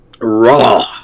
raw